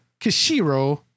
Kishiro